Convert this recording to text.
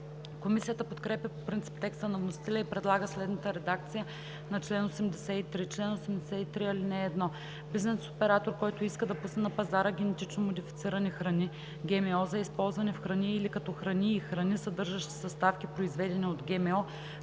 Комисията подкрепя по принцип текста на вносителя и предлага следната редакция на чл. 83: „Чл. 83. (1) Бизнес оператор, който иска да пусне на пазара генетично модифицирани храни, ГМО за използване в храни или като храни и храни, съдържащи съставки, произведени от ГМО,